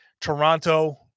Toronto